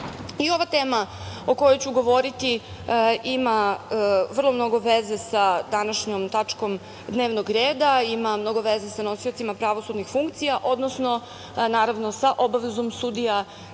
tema o kojoj ću govoriti ima vrlo mnogo veze sa današnjom tačkom dnevnog reda. Ima mnogo veze sa nosiocima pravosudnih funkcija, odnosno sa obavezom sudija